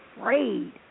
afraid